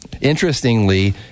interestingly